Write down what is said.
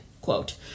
quote